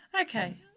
Okay